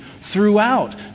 throughout